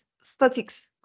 statics